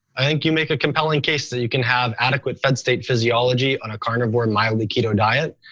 i think you make a compelling case that you can have adequate fed state physiology on a carnivore mild keto diet.